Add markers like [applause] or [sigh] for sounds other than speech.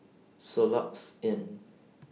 Soluxe Inn [noise]